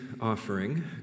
offering